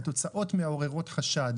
אני חושב שהתוצאות מעוררות חשד,